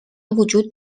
وجود